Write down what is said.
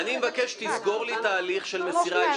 אני מבקש שתסגור לי את ההליך של מסירה אישית.